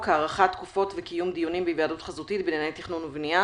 הארכת תקופות וקיום דיונים בהיוועדות חזותית בענייני תכנון ובנייה